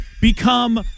become